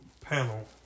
panel